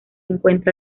encuentra